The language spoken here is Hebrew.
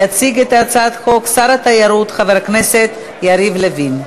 יציג את הצעת החוק שר התיירות חבר הכנסת יריב לוין.